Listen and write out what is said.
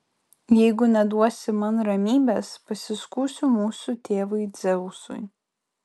jeigu neduosi man ramybės pasiskųsiu mūsų tėvui dzeusui